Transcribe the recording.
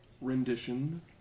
rendition